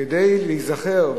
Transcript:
כדי להיזכר,